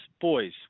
Boys